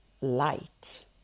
light